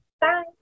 Bye